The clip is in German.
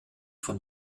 von